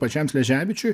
pačiam šleževičiui